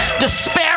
despair